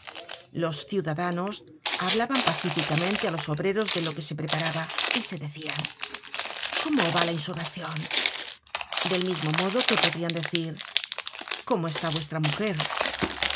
los ciudadanos hablaban pacíficamente á los obreros de lo que se preparaba y se decian cómo va la insurreccion del mismo modo que podrian decir cómo está vuestra mujer